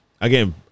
again